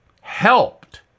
helped